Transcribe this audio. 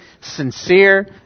sincere